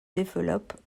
développe